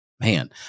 Man